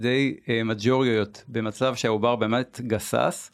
די מז'וריות במצב שהעובר באמת גסס.